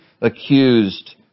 accused